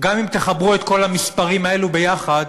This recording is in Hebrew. גם אם תחברו את כל המספרים האלה יחד,